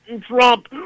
Trump